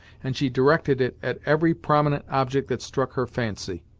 and she directed it at every prominent object that struck her fancy.